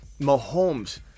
Mahomes